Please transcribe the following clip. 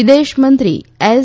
વિદેશમંત્રી એસ